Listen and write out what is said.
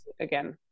again